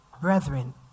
brethren